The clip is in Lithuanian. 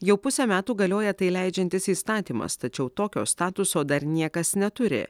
jau pusę metų galioja tai leidžiantis įstatymas tačiau tokio statuso dar niekas neturi